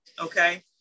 Okay